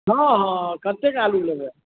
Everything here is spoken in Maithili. हाँ हाँ कतेक आलू लेबै